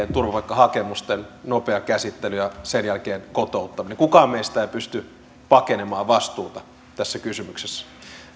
turvapaikkahakemusten nopea käsittely ja sen jälkeen kotouttaminen kukaan meistä ei pysty pakenemaan vastuuta tässä kysymyksessä